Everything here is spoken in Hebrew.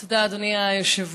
תודה, אדוני היושב-ראש.